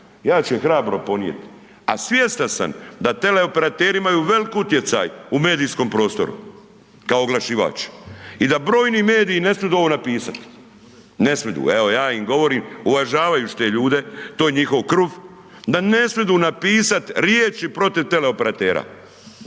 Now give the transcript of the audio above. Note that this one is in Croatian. Ja ću je hrabro ponijet, a svjestan sam da teleoperateri imaju velik utjecaj u medijskom prostoru kao oglašivač. I da brojni mediju ne smidu ovo napisat, ne smidu, evo ja im govorim uvažavajući te ljude, to je njihov kruh, da ne smidu napisat riječi protiv teleoperatera,